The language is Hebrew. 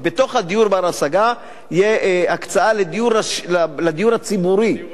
בתוך דיור בר-השגה תהיה הקצאה לדיור הציבורי,